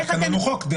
התקנון הוא חוק.